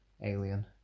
Alien